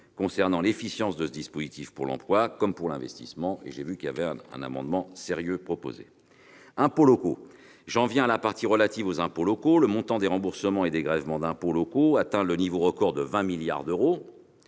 qu'inspire l'efficience de ce dispositif pour l'emploi, comme pour l'investissement ; j'observe que, sur ce sujet, un amendement sérieux a été déposé. J'en viens à la partie relative aux impôts locaux. Le montant des remboursements et dégrèvements d'impôts locaux atteint le niveau record de 20 milliards d'euros,